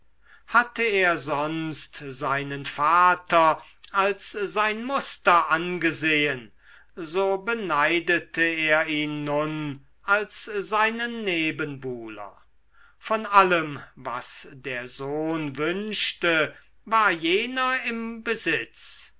hatte er sonst seinen vater als sein muster angesehen so beneidete er ihn nun als seinen nebenbuhler von allem was der sohn wünschte war jener im besitz